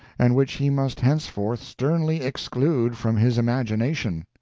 and which he must henceforth sternly exclude from his imagination.